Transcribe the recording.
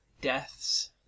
deaths